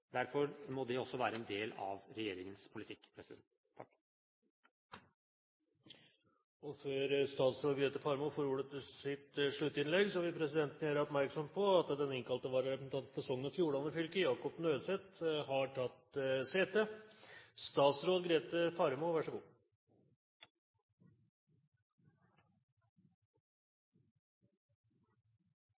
Derfor må det også være en del av regjeringens politikk. Før statsråd Grete Faremo får ordet til sitt sluttinnlegg, vil presidenten gjøre oppmerksom på at den innkalte vararepresentanten for Sogn og Fjordane fylke, Jacob Nødseth, har tatt sete.